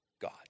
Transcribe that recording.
God